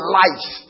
life